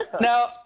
Now